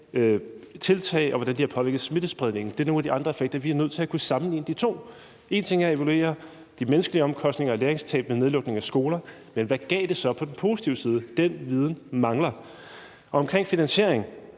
tiltag og hvordan de har påvirket smittespredningen. Det er nogle af de andre effekter. Vi er nødt til at kunne sammenligne de to ting. En ting er at evaluere de menneskelige omkostninger og læringstabet ved nedlukningen af skoler, men hvad gav det så på den positive side? Den viden mangler. Omkring finansiering